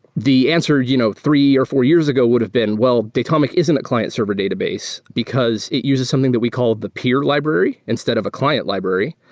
the answer you know three or four years ago would have been, well, datomic isn't a client server database because it uses something that we called the peer library instead of a client library.